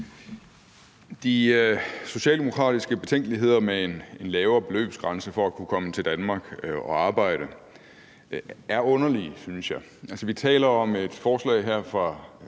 De socialdemokratiske betænkeligheder ved en lavere beløbsgrænse for at kunne komme til Danmark og arbejde er underlige, synes jeg. Altså, vi taler om et forslag her fra